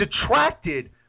detracted